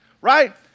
right